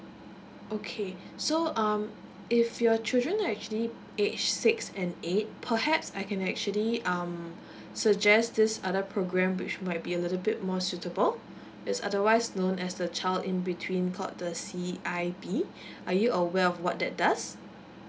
okay so um if your children are actually age six and eight perhaps I can actually um suggest this other programme which might be a little bit more suitable it's otherwise known as the child in between called the C_I_B are you aware of what that does